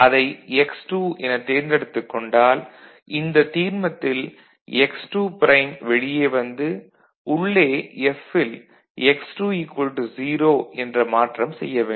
அதை x2 என தேர்ந்தெடுத்துக் கொண்டால் இந்த தீர்மத்தில் x2 ப்ரைம் வெளியே வந்து உள்ளே F ல் x2 0 என்ற மாற்றம் செய்ய வேண்டும்